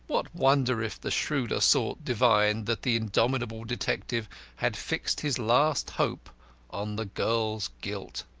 what wonder if the shrewder sort divined that the indomitable detective had fixed his last hope on the girl's guilt?